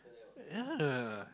ya